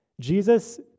Jesus